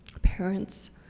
parents